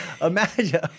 imagine